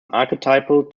archetypal